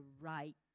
right